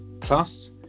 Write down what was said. plus